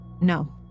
No